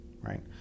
right